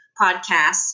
podcasts